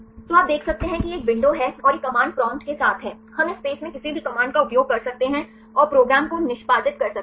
तो आप देख सकते हैं कि यह एक विंडो है और यह कमांड प्रॉम्प्ट के साथ है हम इस स्पेस में किसी भी कमांड का उपयोग कर सकते हैं और प्रोग्राम को निष्पादित कर सकते हैं